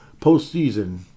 Postseason